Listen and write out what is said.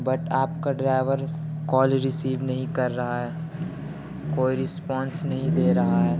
but آپ کا driver call receive نہیں کر رہا ہے کوئی رسپانس نہیں دے رہا ہے